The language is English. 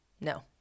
No